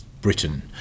Britain